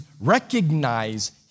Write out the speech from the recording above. recognize